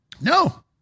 No